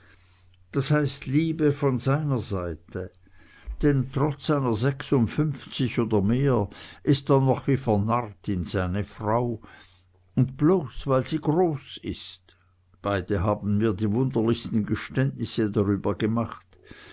das heißt liebe von seiner seite denn trotz seiner sechsundfünfzig oder mehr ist er noch wie vernarrt in seine frau und bloß weil sie so groß ist beide haben mir die wunderlichsten geständnisse darüber gemacht